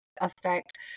affect